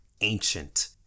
ancient